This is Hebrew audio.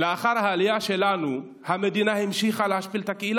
לאחר העלייה שלנו המדינה המשיכה להשפיל את הקהילה.